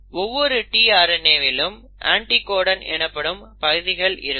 ஒவ்வொரு tRNAவிலும் அண்டிகோடன் எனப்படும் பகுதிகள் இருக்கும்